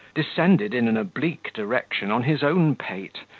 descended in an oblique direction on his own pate,